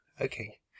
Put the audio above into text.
Okay